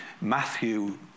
Matthew